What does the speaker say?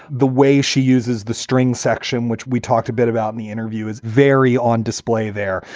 the way she uses the string section, which we talked a bit about in the interview, is very on display there.